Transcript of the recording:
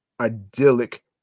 idyllic